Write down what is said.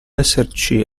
esserci